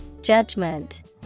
Judgment